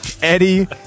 Eddie